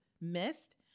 missed